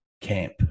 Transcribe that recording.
camp